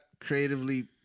creatively